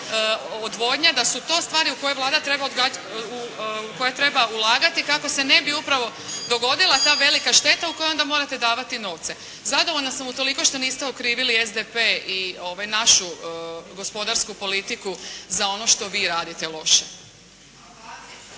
odvodnja, da su to stvari u koje Vlada treba ulagati kako se ne bi upravo dogodila ta velika šteta u kojoj onda morate davati novce. Zadovoljna sam utoliko što niste okrivili SDP i našu gospodarsku politiku za ono što vi radite loše.